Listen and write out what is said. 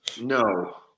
no